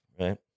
right